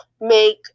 Make